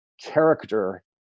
character